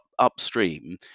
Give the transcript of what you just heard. upstream